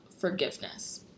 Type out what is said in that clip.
forgiveness